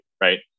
right